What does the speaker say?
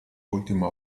ultima